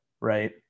Right